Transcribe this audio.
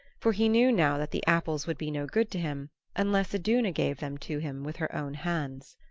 for he knew now that the apples would be no good to him unless iduna gave them to him with her own hands.